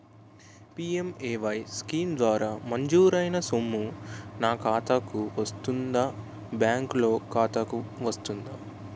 PMAY scheme ద్వారా మంజూరైన సొమ్ము నా ఖాతా కు వస్తుందాబ్యాంకు లోన్ ఖాతాకు వస్తుందా?